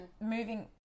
moving